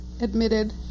admitted